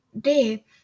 day